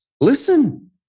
Listen